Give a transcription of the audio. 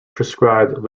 prescribed